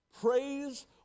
praise